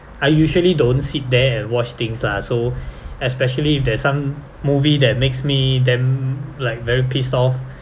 I usually don't sit there and watch things lah so especially if there's some movie that makes me damn like very pissed off